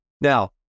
Now